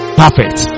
perfect